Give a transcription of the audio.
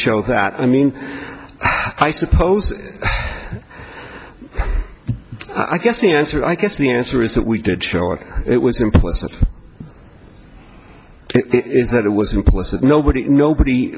show that i mean i suppose i guess the answer i guess the answer is that we did show it it was implicit is that